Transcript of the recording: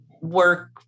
work